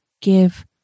give